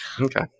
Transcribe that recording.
Okay